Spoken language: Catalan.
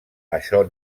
això